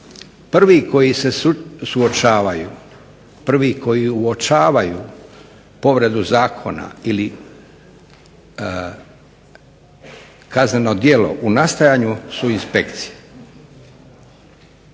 prvi koji uočavaju povredu Zakona ili kazneno djelo u nastajanju su inspekcije.